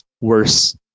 Worse